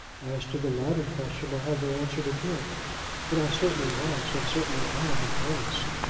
as to the latter question, i have no answer to give but i certainly was and certainly am in earnest.